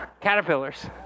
Caterpillars